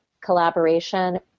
collaboration